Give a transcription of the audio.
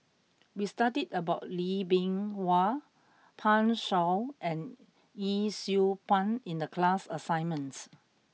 we studied about Lee Bee Wah Pan Shou and Yee Siew Pun in the class assignments